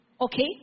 Okay